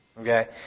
okay